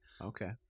Okay